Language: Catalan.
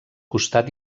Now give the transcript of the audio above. costat